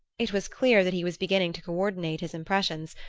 it was clear that he was beginning to co-ordinate his impressions,